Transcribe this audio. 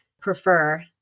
prefer